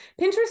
Pinterest